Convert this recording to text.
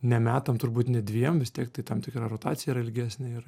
ne metam turbūt ne dviem vis tiek tai tam tikra rotacija yra ilgesnė ir